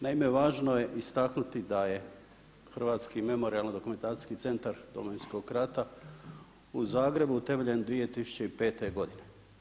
Naime, važno je istaknuti da je Hrvatski memorijalno-dokumentacijski centar Domovinskog rata u Zagrebu utemeljen 2005. godine.